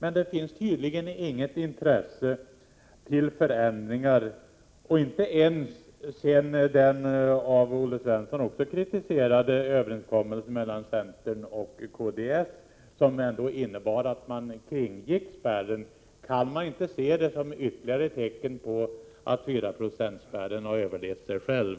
Men det finns tydligen inget intresse för förändringar —- inte ens efter den av också Olle Svensson mycket kritiserade överenskommelsen mellan centern och kds, som ändå innebar att man kringgick spärren. Kan man inte se detta som ett ytterligare tecken på att 4-procentsspärren har överlevt sig själv?